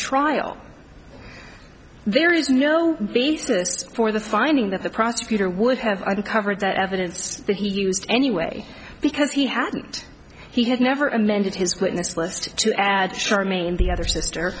trial there is no basis for the finding that the prosecutor would have uncovered that evidence that he used anyway because he hadn't he had never amended his witness list to add sharmeen the other sister